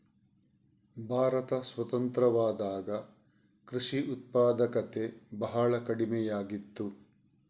ಭಾರತ ಸ್ವತಂತ್ರವಾದಾಗ ಕೃಷಿ ಉತ್ಪಾದಕತೆ ಬಹಳ ಕಡಿಮೆಯಾಗಿತ್ತು